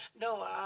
No